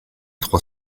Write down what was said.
trois